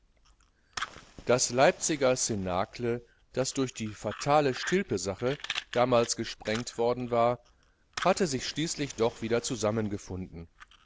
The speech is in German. das leipziger cnacle das durch die fatale stilpe sache damals gesprengt worden war hatte sich schließlich doch wieder zusammengefunden